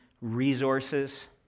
resources